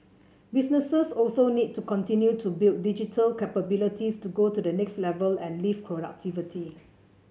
businesses also need to continue to build digital capabilities to go to the next level and lift productivity